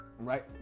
right